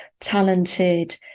talented